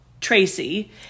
Tracy